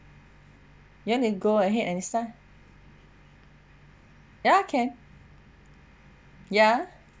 you want to go ahead and start ya can ya